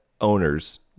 owners